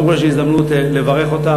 קודם כול יש לי הזדמנות לברך אותך.